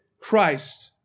Christ